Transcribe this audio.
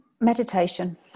Meditation